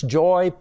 joy